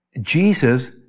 Jesus